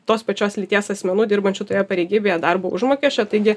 tos pačios lyties asmenų dirbančių toje pareigybėje darbo užmokesčio taigi